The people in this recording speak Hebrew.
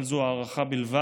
אבל זו הערכה בלבד.